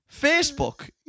Facebook